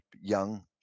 young